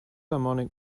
harmonic